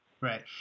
Right